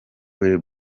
will